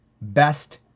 Best